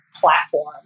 platform